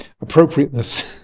appropriateness